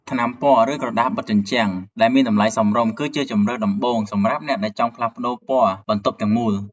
ថ្នាំពណ៌ ឬក្រដាសបិទជញ្ជាំង ដែលមានតម្លៃសមរម្យ គឺជាជម្រើសដំបូងសម្រាប់អ្នកដែលចង់ផ្លាស់ប្តូរពណ៌បន្ទប់ទាំងមូល។